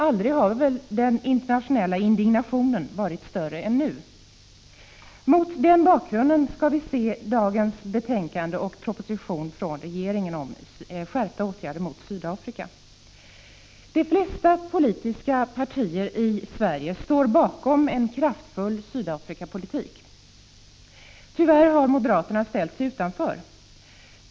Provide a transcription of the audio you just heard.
Aldrig har väl den internationella indignationen varit större än nu. Mot den bakgrunden skall vi se regeringens proposition och dagens betänkande om skärpta åtgärder mot Sydafrika. De flesta politiska partier i Sverige står bakom en kraftfull Sydafrikapolitik. Tyvärr har moderaterna ställt sig utanför.